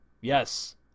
yes